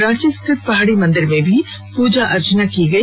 रांची स्थित पहाड़ी मंदिर में भी पूजा अर्चना की गई